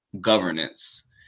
governance